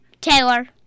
Taylor